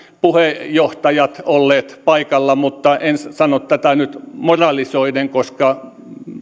puheenjohtajat olleet paikalla mutta en sano tätä nyt moralisoiden koska